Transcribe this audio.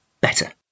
better